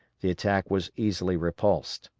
the attack was easily repulsed.